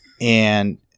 and-